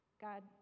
God